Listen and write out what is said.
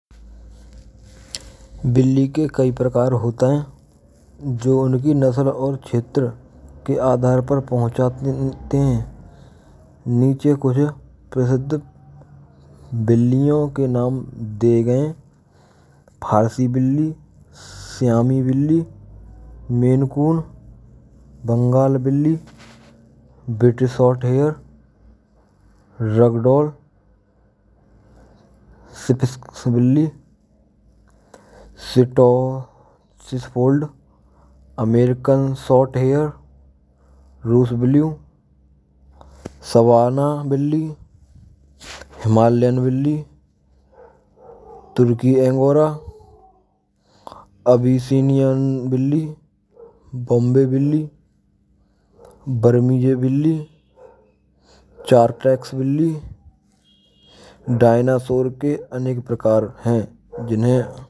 Billi ke kaee prachaar hota hai. Jo unakee nasal aur kshetr ke aadhaar par pahunchate hain. Niche kchu prasidh billiyo ke naam diye gye hay. Farsi billi, siyami billi, menkurn, bangal billi, bitishort hair, ragdoal, shikshibili, sitosisford, anerican short hair, rus billiyo, savana billi, himalayan billi, turki ahora, abhiseniar billi, ombey billi, bermigey billi, chartracks billi.